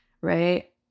right